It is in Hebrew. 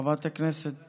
חברת הכנסת